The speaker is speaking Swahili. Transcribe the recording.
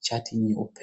shati nyeupe.